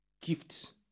gifts